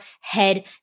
head